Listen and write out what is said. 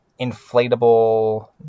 inflatable